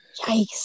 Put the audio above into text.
yikes